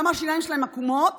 למה השיניים שלהם עקומות